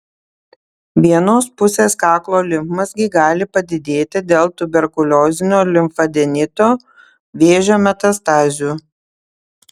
vienos pusės kaklo limfmazgiai gali padidėti dėl tuberkuliozinio limfadenito vėžio metastazių